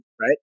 right